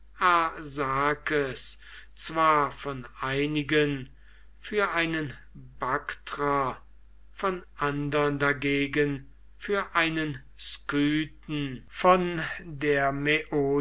zwar von einigen für einen baktrer von andern dagegen für einen skythen von der